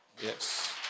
Yes